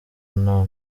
nta